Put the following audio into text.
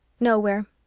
nowhere.